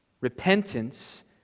Repentance